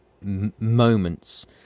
moments